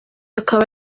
akaba